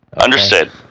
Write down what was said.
understood